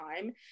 time